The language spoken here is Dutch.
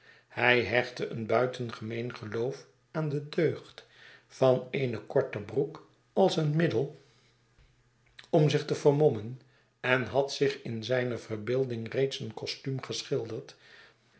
hij hechtte een buitengemeen geloof aan de deugd van eene korte broek als een middel om zichte vermommen en had zich in zijne verbeelding reeds een costuum geschilderd